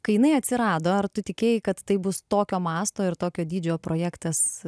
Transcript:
kai jinai atsirado ar tu tikėjai kad tai bus tokio masto ir tokio dydžio projektas